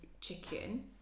chicken